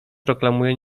proklamuje